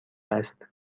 است